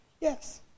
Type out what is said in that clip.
yes